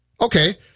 okay